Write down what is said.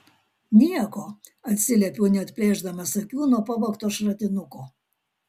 nieko atsiliepiau neatplėšdamas akių nuo pavogto šratinuko